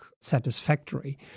satisfactory